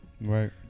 Right